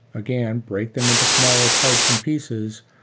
again, break them into smaller parts and pieces,